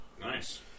Nice